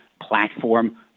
platform